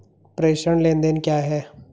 प्रेषण लेनदेन क्या है?